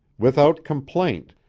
without complaint,